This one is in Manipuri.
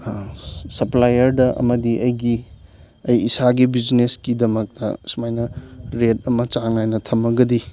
ꯁꯞꯄ꯭ꯂꯥꯏꯌꯔꯗ ꯑꯃꯗꯤ ꯑꯩꯒꯤ ꯑꯩ ꯏꯁꯥꯒꯤ ꯕꯤꯖꯤꯅꯦꯁꯀꯤꯗꯃꯛ ꯁꯨꯃꯥꯏꯅ ꯔꯦꯠ ꯑꯃ ꯆꯥꯡꯅꯥꯏꯅ ꯊꯝꯃꯒꯗꯤ